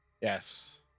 Yes